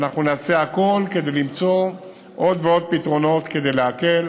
ואנחנו נעשה הכול כדי למצוא עוד ועוד פתרונות כדי להקל